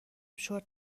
شرت